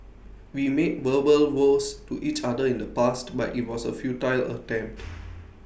we made verbal vows to each other in the past but IT was A futile attempt